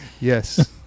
Yes